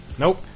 Nope